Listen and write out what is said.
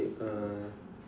uh